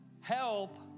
Help